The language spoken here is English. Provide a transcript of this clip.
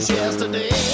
Yesterday